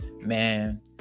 Man